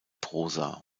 prosa